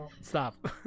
Stop